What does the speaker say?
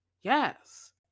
Yes